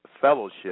fellowship